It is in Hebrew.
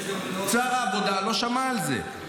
שר העבודה לא שמע על זה.